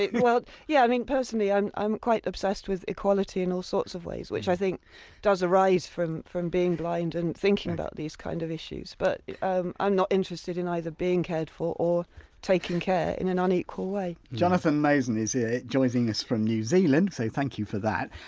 well yeah i mean personally i'm i'm quite obsessed with equality in all sorts of ways which i think does arise from from being blind and thinking about these kind of issues. but i'm i'm not interested in either being cared for or taking care in an unequal way. white jonathan mosen is here, joining us from new zealand, so thank you for that.